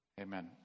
amen